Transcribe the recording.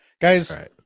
Guys